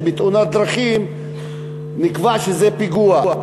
שעל תאונת דרכים נקבע שזה פיגוע.